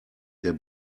der